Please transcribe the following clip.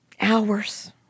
Hours